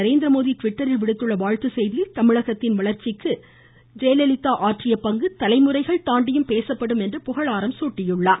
நரேந்திரமோடி ட்விட்டரில் விடுத்துள்ள வாழ்த்துச் செய்தியில் தமிழகத்தின் வளர்ச்சிக்கு அவர் ஆற்றிய பங்கு தலைமுறைகள் தாண்டியும் பேசப்படும் என்று புகழாரம் சூட்டியுள்ளார்